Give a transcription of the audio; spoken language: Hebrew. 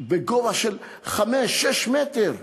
בגובה של 5, 6 מטר,